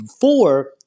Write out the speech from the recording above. four